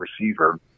receiver